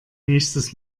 nächstes